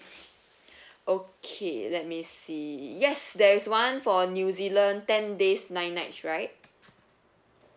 okay let me see yes there is one for new zealand ten days nine nights right